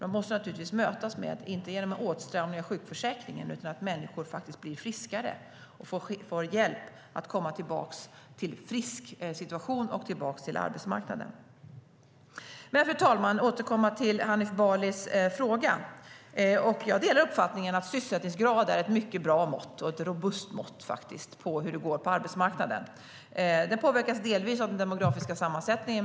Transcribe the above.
De måste mötas inte genom åtstramningar i sjukförsäkringen utan genom att människor blir friskare och får hjälp att komma tillbaka till en frisk situation och tillbaka till arbetsmarknaden. Fru talman! Jag ska återkomma till Hanif Balis fråga. Jag delar uppfattningen att sysselsättningsgrad är ett mycket bra och robust mått på hur det går på arbetsmarknaden. Den påverkas delvis av den demografiska sammansättningen.